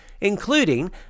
Including